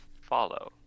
follow